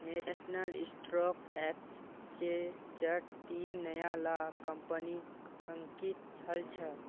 national stock एक्सचेंजट तीन नया ला कंपनि अंकित हल छ